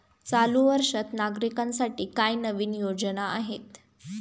चालू वर्षात नागरिकांसाठी काय नवीन योजना आहेत?